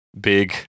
big